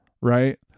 right